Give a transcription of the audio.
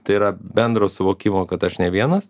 tai yra bendro suvokimo kad aš ne vienas